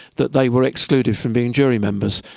that they were excluded from being jury members.